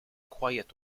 quiet